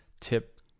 tip